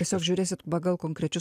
tiesiog žiūrėsit pagal konkrečius